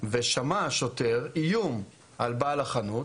ושמע השוטר איום על בעל החנות,